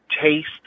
taste